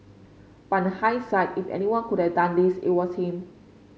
but in hindsight if anyone could have done this it was him